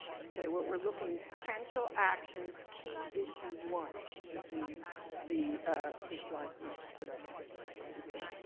okay. what we're looking. potential actions key issue one should be the ah the slide we put up or you put up.